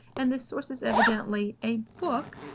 and this source is evidently a book,